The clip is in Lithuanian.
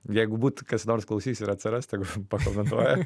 jeigu būtų kas nors klausys ir atsiras tai už pakomentuoja